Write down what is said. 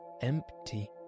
empty